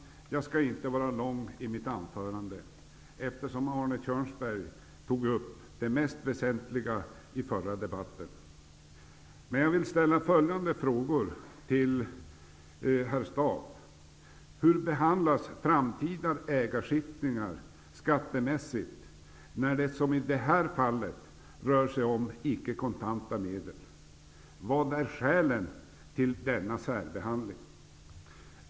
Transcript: Mitt anförande skall inte bli långt, eftersom Arne Kjörnsberg tog upp det mest väsentliga i den föregående debatten. Men jag vill ställa följande frågor till herr Staaf: Hur behandlas framtida ägarskiftningar skattemässigt, när det som i det här fallet rör sig om icke kontanta medel? Vad är skälen till denna särbehandling?